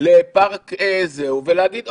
לפארק ולהגיד,